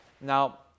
Now